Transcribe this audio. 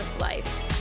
Life